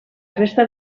resta